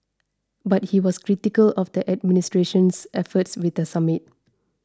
but he was critical of the administration's efforts with the summit